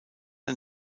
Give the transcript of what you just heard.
ein